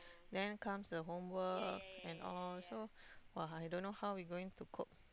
then comes the homework and all so !wah! I don't know how he going to cook